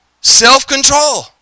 Self-control